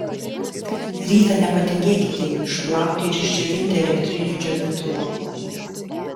rytą nepatingėkite jų išplauti ir išdžiovinti elektriniu džiovintuvu